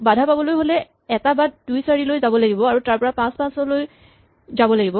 বাধা পাবলৈ হ'লে এটা বাট ২ ৪ লৈ যাব লাগিব আৰু তাৰপৰা ৫ ৫ লৈ যাব লাগিব